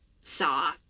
saw